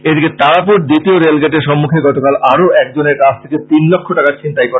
এদিকে তারাপুর দ্বিতীয় রেল গেটের সম্মুখে গতকাল আরো একজনের কাছ থেকে তিনলক্ষ টাকা ছিণতাই হয়েছে